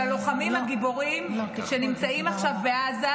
הלוחמים הגיבורים שנמצאים עכשיו בעזה,